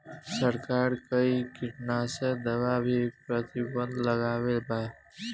सरकार कई किटनास्क दवा पर प्रतिबन्ध लगवले बा